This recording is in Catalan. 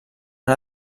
han